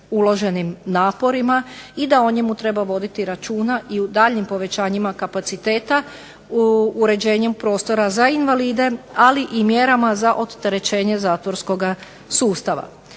uloženim naporima i da o njemu treba voditi računa i u daljnjim povećanjima kapaciteta, uređenjem prostora za invalide ali i mjerama za oterećenje zatvorskoga sustava.